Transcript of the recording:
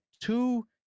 two